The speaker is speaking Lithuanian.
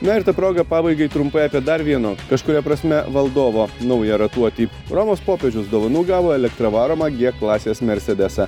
na ir ta proga pabaigai trumpai apie dar vieno kažkuria prasme valdovo naują ratuotį romos popiežius dovanų gavo elektra varomą g klasės mersedesą